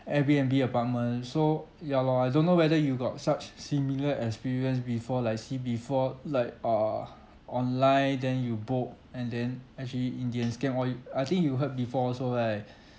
Airbnb apartment so ya lor I don't know whether you got such similar experience before like see before like uh online then you book and then actually in the end scam or you I think you heard before also right